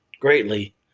greatly